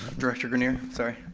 director grenier, sorry.